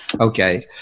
Okay